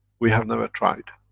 we have never tried.